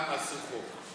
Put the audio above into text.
לכמה עשו חוק.